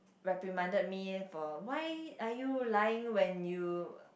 reprimanded me for a why are you lying when you